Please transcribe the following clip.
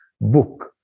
book